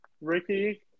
Ricky